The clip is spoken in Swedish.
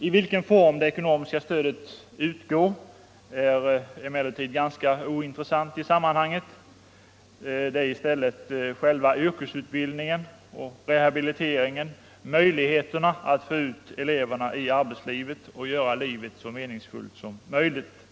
I vilken form det ekonomiska stödet utgår är emellertid ganska ointressant i sammanhanget. Det primära är i stället själva yrkesutbildningen och rehabiliteringen, möjligheterna att få ut eleverna i arbetslivet och göra livet så meningsfullt som möjligt för dem.